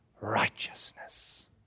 righteousness